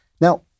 Now